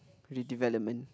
redevelopment